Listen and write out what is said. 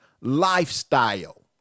lifestyle